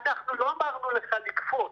אנחנו לא אמרנו לך לקפוץ.